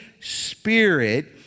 Spirit